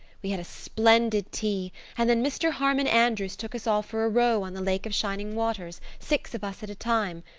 we had a splendid tea and then mr. harmon andrews took us all for a row on the lake of shining waters six of us at a time.